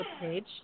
page